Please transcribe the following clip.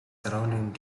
surrounding